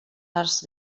arts